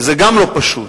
וזה גם לא פשוט,